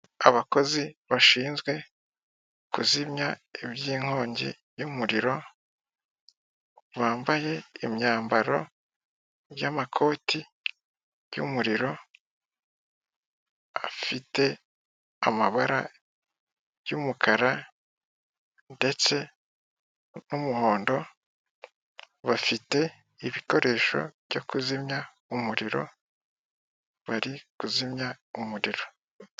Abakozi bashinzwe kuzimya iby'inkongi y'umurimo bambaye imyambaro y'amakoti y'umurimo afite amabara y'umukara ndetse n'umuhondo bafite ibikoresho byo kuzimya umuriro, bari kuzimya umuriro.